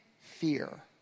fear